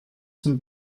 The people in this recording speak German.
zum